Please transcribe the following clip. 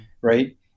right